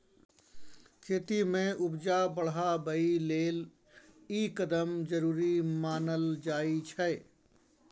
खेती में उपजा बढ़ाबइ लेल ई कदम जरूरी मानल जाइ छै